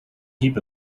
heap